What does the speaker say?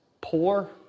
Poor